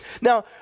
Now